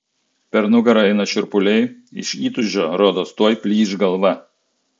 per nugarą eina šiurpuliai iš įtūžio rodos tuoj plyš galva